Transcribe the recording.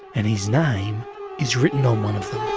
and his name is written on one of